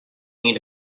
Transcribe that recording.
need